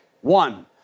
one